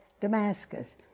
Damascus